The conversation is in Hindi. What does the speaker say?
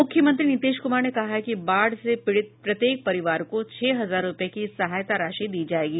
मुख्यमंत्री नीतीश कुमार ने कहा है कि बाढ़ से पीड़ित प्रत्येक परिवार को छह हजार रूपये की सहायता राशि दी जायेगी